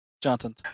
Johnson